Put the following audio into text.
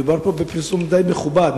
מדובר פה בפרסום די מכובד,